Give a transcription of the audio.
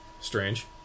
strange